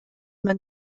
man